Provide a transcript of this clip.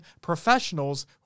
professionals